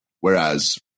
whereas